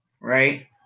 right